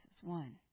One